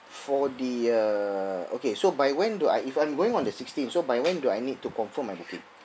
for the okay so by when do I if I'm going on the sixteen so by when do I need to confirm my booking